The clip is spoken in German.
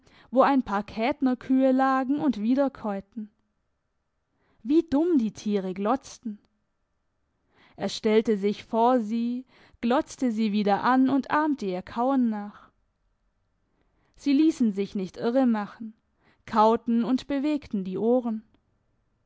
wo ein paar kätnerkühe lagen und wiederkäuten wie dumm die tiere glotzten er stellte sich vor sie glotzte sie wieder an und ahmte ihr kauen nach sie liessen sich nicht irre machen kauten und bewegten die ohren